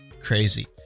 crazy